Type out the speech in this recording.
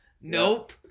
Nope